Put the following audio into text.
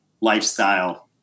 lifestyle